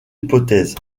hypothèse